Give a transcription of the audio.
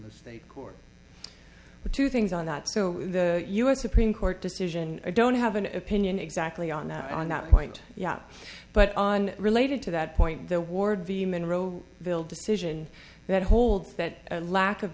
the state court two things on that so the u s supreme court decision i don't have an opinion exactly on that on that point yet but on related to that point the ward v monroe bill decision that holds that lack of